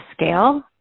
scale